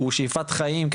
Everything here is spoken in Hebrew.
הוא שאיפת חיים,